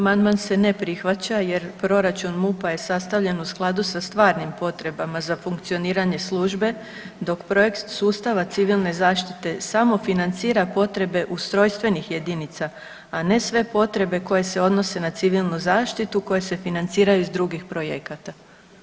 Amandman se ne prihvaća jer proračun MUP-a je sastavljen u skladu sa stvarnim potrebama za funkcioniranje službe, dok projekt sustava civilne zaštite samo financira potrebe ustrojstvenih jedinica, a ne sve potrebe koje se odnosne na civilnu zaštitu i koje se financiraju iz drugih projekata.